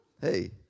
hey